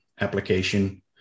application